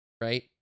Right